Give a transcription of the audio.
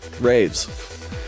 raves